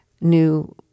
new